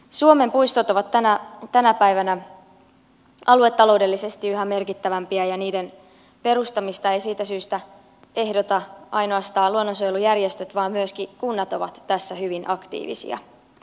suomen puistot ovat tänä päivänä aluetaloudellisesti yhä merkittävämpiä ja siitä syystä niiden perustamista eivät ehdota ainoastaan luonnonsuojelujärjestöt vaan myöskin kunnat ovat tässä hyvin aktiivisia